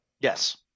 Yes